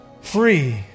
Free